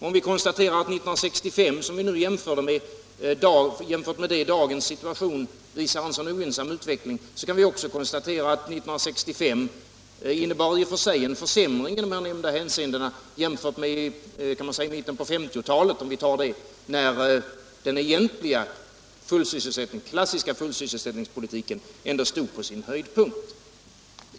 Om vi konstaterar att vi i dag i förhållande till 1965, som vi jämförde med, har haft en så ogynnsam utveckling, kan vi också konstatera att 1965 i och för sig innebar en försämring i nämnda hänseenden, jämfört med t.ex. mitten av 1950-talet, då den klassiska fullsysselsättningspolitiken ändå stod på sin höjdpunkt.